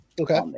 Okay